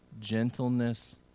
gentleness